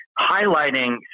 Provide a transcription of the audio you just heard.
highlighting